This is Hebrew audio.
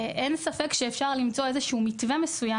אין ספק שאפשר למצוא מתווה מסוים,